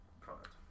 product